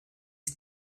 ist